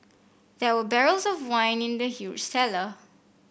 there were barrels of wine in the huge cellar